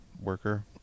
worker